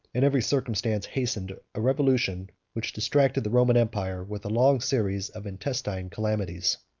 and every circumstance hastened, a revolution, which distracted the roman empire with a long series of intestine calamities.